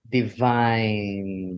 divine